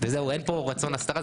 אין פה רצון בהסתרה,